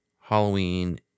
Halloween